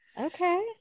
Okay